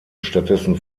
stattdessen